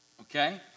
Okay